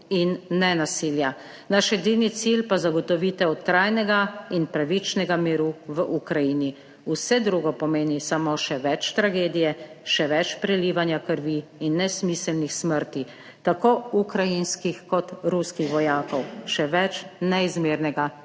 in nenasilja, naš edini cilj pa zagotovitev trajnega in pravičnega miru v Ukrajini. Vse drugo pomeni samo še več tragedije, še več prelivanja krvi in nesmiselnih smrti tako ukrajinskih kot ruskih vojakov, še več neizmernega